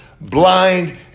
blind